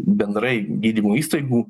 bendrai gydymo įstaigų